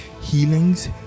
healings